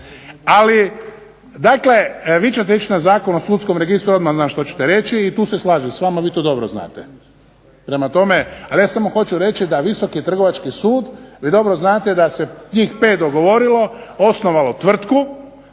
Ali dakle vi ćete ići na Zakon o sudskom registru. Odmah znam što ćete reći i tu se slažem sa vama. Vi to dobro znate. Prema tome, ja samo hoću reći da Visoki trgovački sud, vi dobro znate da se njih 5 dogovorilo, osnovalo tvrtku.